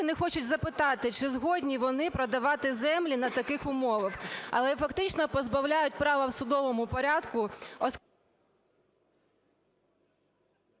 не хочуть запитати, чи згодні вони продавати землю на таких умовах, але й фактично позбавляють права в судовому порядку…